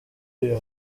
uyu